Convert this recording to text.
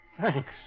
Thanks